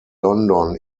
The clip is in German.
london